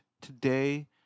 today